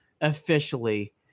officially